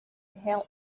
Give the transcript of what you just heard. held